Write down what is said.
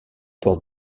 port